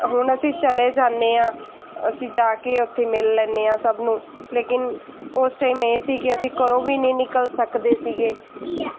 ਹੁਣ ਅਸੀਂ ਚਲੇ ਜਾਂਦੇ ਹਾਂ ਅਸੀਂ ਜਾ ਕੇ ਉੱਥੇ ਮਿਲ ਲੈਂਦੇ ਹਾਂ ਸਭ ਨੂੰ ਲੇਕਿਨ ਉਸ ਟਾਈਮ ਇਹ ਸੀ ਕਿ ਅਸੀਂ ਘਰੋਂ ਵੀ ਨਹੀਂ ਨਿਕਲ ਸਕਦੇ ਸੀਗੇ